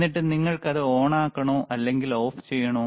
എന്നിട്ട് നിങ്ങൾക്കത് ഓണാക്കണോ അതോ ഓഫ് ചെയ്യണോ